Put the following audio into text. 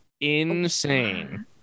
insane